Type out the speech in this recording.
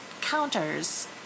counters